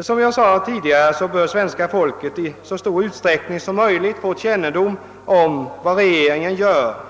Som jag sade tidigare bör svenska folket i så stor utsträckning som möjligt få kännedom om vad regeringen gör.